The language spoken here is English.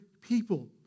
people